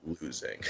losing